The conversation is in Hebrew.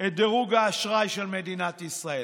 את דירוג האשראי של מדינת ישראל.